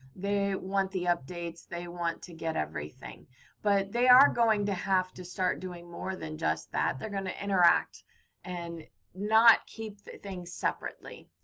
they want the updates. they want to get everything but they are going to have to start doing more than just that. they're going to interact and not keep things separately.